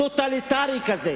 טוטליטרי כזה,